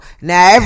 Now